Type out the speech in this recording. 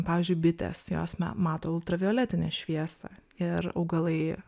pavyzdžiui bitės jos me mato ultravioletinę šviesą ir augalai